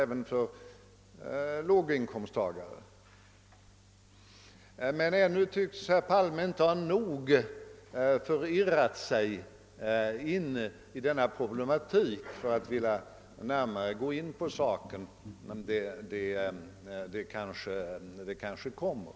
Ännu tycks emellertid inte herr Palme ha nog »förirrat sig in i» denna problematik för att vilja närmare gå in på saken, men det kanske kommer.